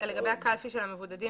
לגבי הקלפי של המבודדים,